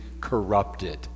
corrupted